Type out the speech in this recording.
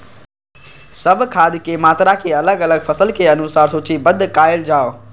सब खाद के मात्रा के अलग अलग फसल के अनुसार सूचीबद्ध कायल जाओ?